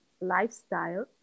lifestyle